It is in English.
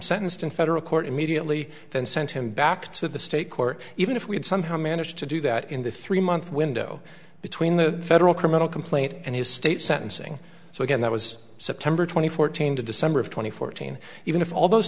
sentenced in federal court immediately and sent him back to the state court even if we had somehow managed to do that in the three month window between the federal criminal complaint and his state sentencing so again that was september twenty fourth jane to december of twenty fourteen even if all those